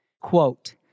Quote